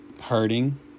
hurting